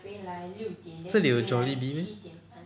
这里有 jollibee meh